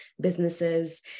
businesses